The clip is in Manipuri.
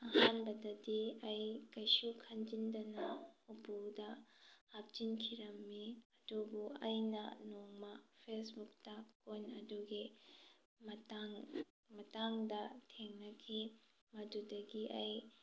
ꯑꯍꯥꯟꯕꯗꯗꯤ ꯑꯩ ꯀꯩꯁꯨ ꯈꯟꯖꯤꯟꯗꯅ ꯎꯄꯨꯗ ꯍꯥꯞꯆꯤꯟꯈꯤꯔꯝꯃꯤ ꯑꯗꯨꯕꯨ ꯑꯩꯅ ꯅꯣꯡꯃ ꯐꯦꯁꯕꯨꯛꯇ ꯀꯣꯏꯟ ꯑꯗꯨꯒꯤ ꯃꯇꯥꯡꯗ ꯊꯦꯡꯅꯈꯤ ꯃꯗꯨꯗꯒꯤ ꯑꯩ